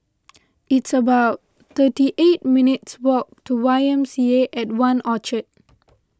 it's about thirty eight minutes' walk to YMCA at one Orchard